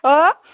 हो